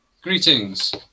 Greetings